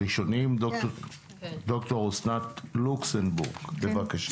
ד"ר אסנת לוקסנבורג, בבקשה.